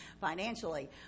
financially